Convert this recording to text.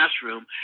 classroom